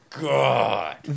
God